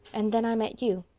and then i met you.